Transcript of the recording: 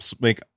make